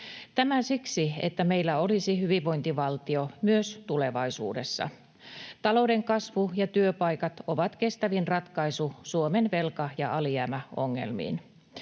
Tämä siksi, että meillä olisi hyvinvointivaltio myös tulevaisuudessa. Talouden kasvu ja työpaikat ovat kestävin ratkaisu Suomen velka- ja alijäämäongelmiin.